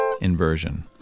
inversion